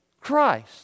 Christ